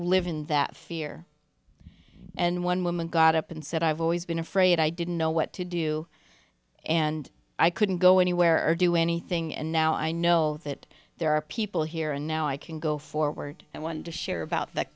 live in that fear and one woman got up and said i've always been afraid i didn't know what to do and i couldn't go anywhere or do anything and now i know that there are people here and now i can go forward and want to share about